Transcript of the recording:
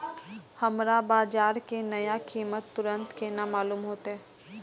हमरा बाजार के नया कीमत तुरंत केना मालूम होते?